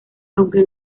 aunque